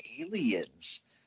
aliens